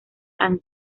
han